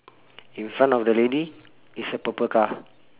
in front of the lady is a purple car